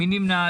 מי נמנע?